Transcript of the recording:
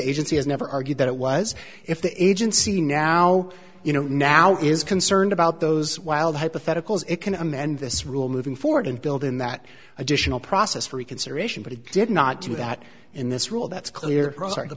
agency has never argued that it was if the agency now you know now is concerned about those wild hypotheticals it can amend this rule moving forward and build in that additional process for reconsideration but it did not do that in this rule that's clear the